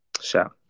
Sure